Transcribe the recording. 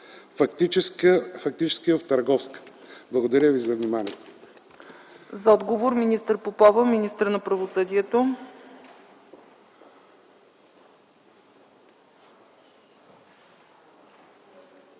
фактически в търговска? Благодаря ви за вниманието.